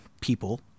people